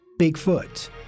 Bigfoot